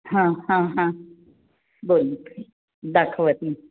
हां हां हां बोलतो दाखवत नाही